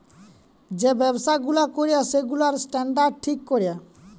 যে ব্যবসা গুলা ক্যরে সেগুলার স্ট্যান্ডার্ড ঠিক ক্যরে